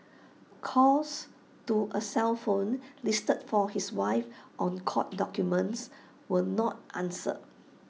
calls to A cell phone listed for his wife on court documents were not answered